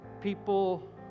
People